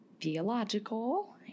theological